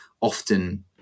often